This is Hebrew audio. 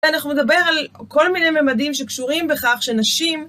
אנחנו נדבר על כל מיני מימדים שקשורים בכך שנשים...